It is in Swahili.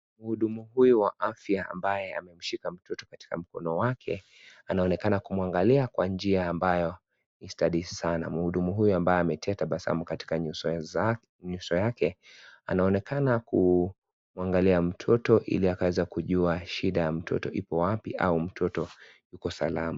Mhudumu huyu wa afya ambaye amemshika mtoto katika mkono wake anaonekana kumwangalia kwa njia ambayo ni stadi sana. Mhudumu huyu ambaye ametia tabasamu katika nyuzo yake anaonekana kuangalia mtoto ili akaweze kujua shida ya mtoto ipo wapi au mtoto Yuko salama.